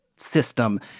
system